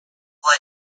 had